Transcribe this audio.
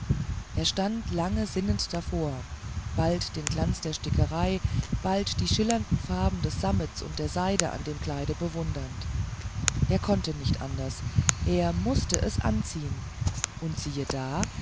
er stand lange sinnend davor bald den glanz der stickerei bald die schillernden farben des sammets und der seide an dem kleide bewundernd er konnte nicht anders er mußte es anziehen und siehe da